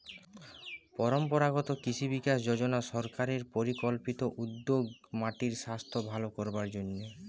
পরম্পরাগত কৃষি বিকাশ যজনা সরকারের পরিকল্পিত উদ্যোগ মাটির সাস্থ ভালো করবার জন্যে